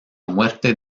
muerte